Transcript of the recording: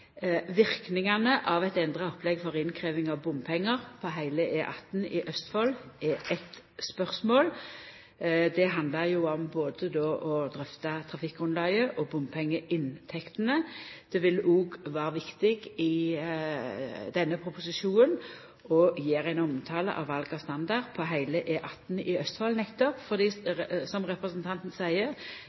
av eit endra opplegg for innkrevjing av bompengar på heile E18 i Østfold er eitt spørsmål – det handlar då både om å drøfta trafikkgrunnlaget og bompengeinntektene – men det vil òg vera viktig i denne proposisjonen å gjera ein omtale av val av standard på heile E18 i Østfold nettopp fordi, som representanten seier,